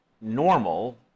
normal